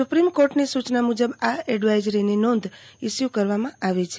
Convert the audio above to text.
supreme કોર્ટની સુચના મુજબ આ એડવાઈજરીની નોંધ ઈસ્યુ કરવામાં આવી છે